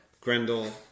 Grendel